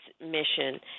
mission